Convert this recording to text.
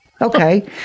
okay